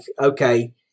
okay